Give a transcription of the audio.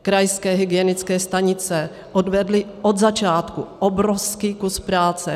Krajské hygienické stanice odvedly od začátku obrovský kus práce.